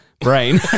brain